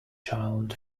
child